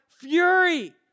fury